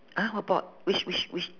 !huh! what board which which which